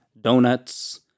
donuts